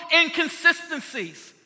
inconsistencies